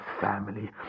family